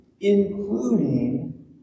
including